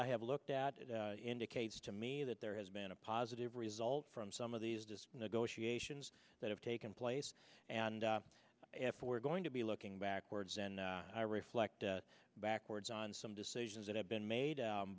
i have looked at it indicates to me that there has been a positive result from some of these this negotiations that have taken place and if we're going to be looking backwards and i reflect backwards on some decisions that have been made